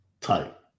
type